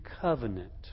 covenant